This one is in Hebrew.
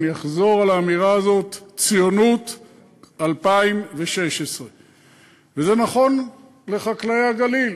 אני אחזור על האמירה הזאת: ציונות 2016. וזה נכון לחקלאי הגליל.